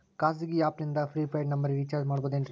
ಖಾಸಗಿ ಆ್ಯಪ್ ನಿಂದ prepaid ನಂಬರಿಗ ರೇಚಾರ್ಜ್ ಮಾಡಬಹುದೇನ್ರಿ?